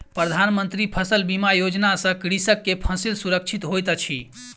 प्रधान मंत्री फसल बीमा योजना सॅ कृषक के फसिल सुरक्षित होइत अछि